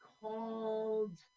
called